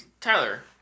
Tyler